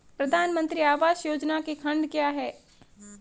प्रधानमंत्री आवास योजना के खंड क्या हैं?